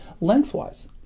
lengthwise